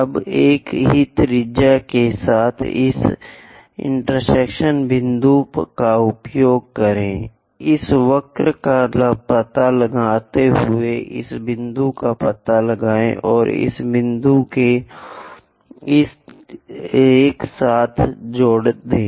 अब एक ही त्रिज्या के साथ इस चौराहे बिंदु का उपयोग करें इस वक्र का पता लगाते हुए इस बिंदु का पता लगाएं और इस बिंदु को इस एक के साथ जोड़ दें